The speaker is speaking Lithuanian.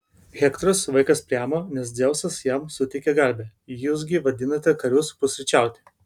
hektoras vaikas priamo nes dzeusas jam suteikė garbę jūs gi vadinate karius pusryčiauti